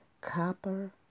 copper